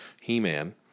He-Man